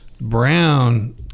Brown